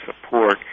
support